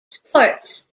sports